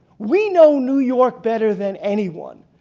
we know new york better than anyone.